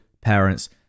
parents